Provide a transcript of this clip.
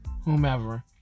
whomever